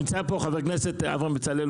נמצא פה חבר הכנסת אברהם בצלאל,